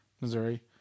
Missouri